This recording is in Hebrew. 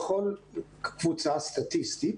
בכל קבוצה סטטיסטית